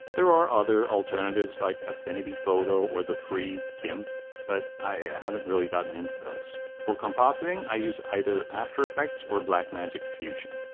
there are other alternatives like affinity photo or the free gimp but i haven't really gotten into those. for compositing i use either after effects or blackmagic fusion.